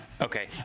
okay